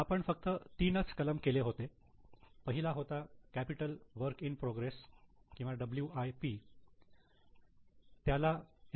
आपण फक्त तीनच कलम केले होते पहिला होता कॅपिटल वर्क इं प्रोग्रस त्याला एन